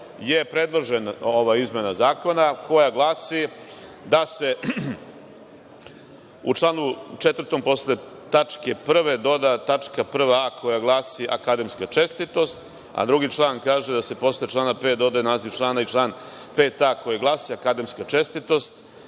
je predložena ova izmena zakona koja glasi da se u članu 4. posle tačke 1. doda tačka 1a koja glasi – Akademska čestitost, a drugi član kaže da se posle član 5. dodaje naziv člana i član 5a koji glasi – Akademska čestitost.